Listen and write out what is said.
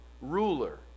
Ruler